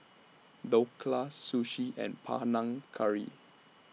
Dhokla Sushi and Panang Curry